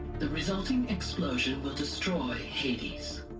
the resulting explosion will destory hades